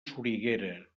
soriguera